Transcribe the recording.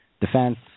defense